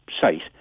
site